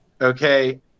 okay